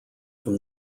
from